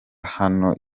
hano